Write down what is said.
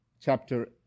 chapter